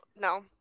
no